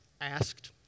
asked